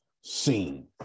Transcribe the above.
seen